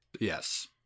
Yes